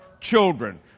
children